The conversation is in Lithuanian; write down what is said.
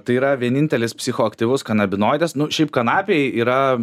tai yra vienintelis psichoaktyvus kanabinoidas nu šiaip kanapėj yra